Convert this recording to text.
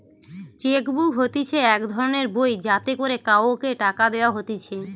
check book হতিছে এক ধরণের বই যাতে করে কাওকে টাকা দেওয়া হতিছে